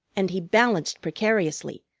and he balanced precariously,